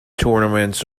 tournaments